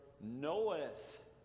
knoweth